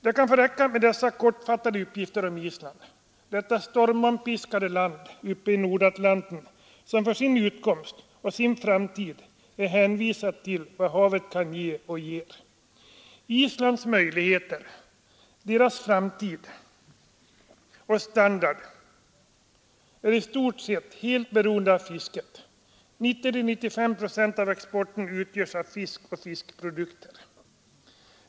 Det kan få räcka med dessa kortfattade uppgifter om Island — detta stormpiskade land uppe i Nordatlanten som för sin utkomst och framtid är hänvisat till vad havet kan ge. Islands möjligheter, dess framtid och standard är i stort sett beroende av fisket. 90—95 procent av exporten utgörs av fisk och fiskprodukter.